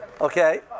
Okay